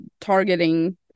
targeting